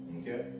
Okay